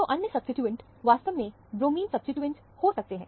तो अन्य सब्सीट्यूएंट वास्तव में ब्रोमीन सब्सीट्यूएंट हो सकते हैं